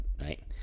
right